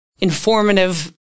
informative